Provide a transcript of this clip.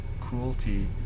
cruelty